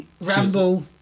ramble